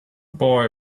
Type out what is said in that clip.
boy